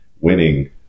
winning